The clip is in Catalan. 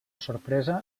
sorpresa